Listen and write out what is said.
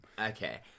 Okay